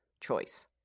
choice